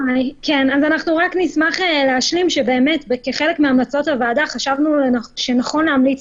רק נשמח להשלים שכחלק מהמלצות הוועדה חשבנו שנכון להמליץ